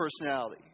personality